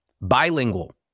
Bilingual